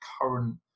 current